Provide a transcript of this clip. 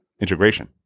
integration